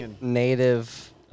native